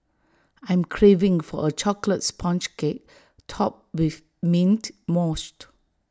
I am craving for A Chocolate Sponge Cake Topped with Mint Mousse